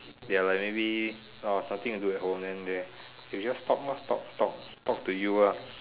ya like maybe oh suddenly there's an old man there they just talk lor talk talk talk to you lah